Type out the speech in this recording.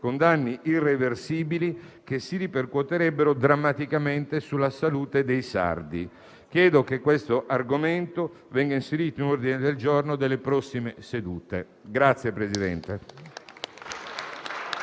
con danni irreversibili che si ripercuoterebbero drammaticamente sulla salute dei sardi. Chiedo che questo argomento venga inserito nell'ordine del giorno di una prossima seduta.